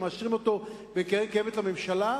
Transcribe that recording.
ומאשרים אותו בין קרן קיימת לממשלה?